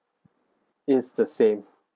is the same